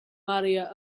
maria